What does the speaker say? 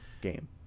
game